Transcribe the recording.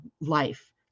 life